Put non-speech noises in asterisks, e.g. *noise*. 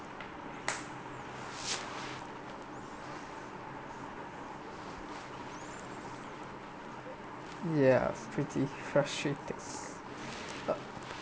ya pretty frustrated *noise*